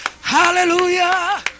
Hallelujah